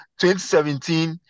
2017